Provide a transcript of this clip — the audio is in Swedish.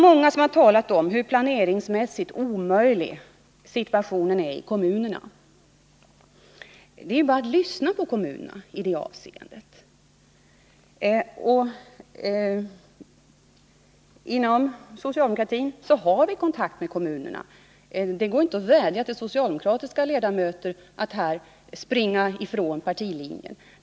Många har beskrivit hur planeringsmässigt omöjlig situationen är i kommunerna. Det är bara att lyssna på kommunernas företrädare i det avseendet. Vi inom socialdemokratin har kontakt med kommunerna. Det går inte att vädja till socialdemokratiska ledamöter att de skall springa ifrån partilinjen.